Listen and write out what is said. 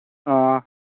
ꯑꯣ